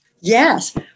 Yes